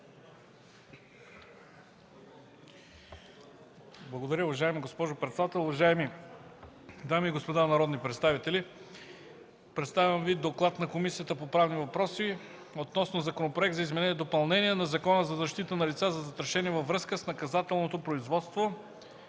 Благодаря. Уважаема госпожо председател, уважаеми дами и господа народни представители! Представям Ви: „ДОКЛАД на Комисията по правни въпроси относно Законопроекта за изменение и допълнение на Закона за защита на лица, застрашени във връзка с наказателно производство,